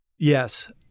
Yes